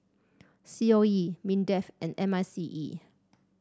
C O E Mindefand M I C E